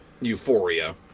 Euphoria